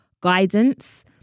guidance